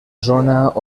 zona